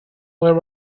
where